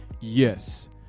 Yes